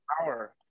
power